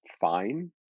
fine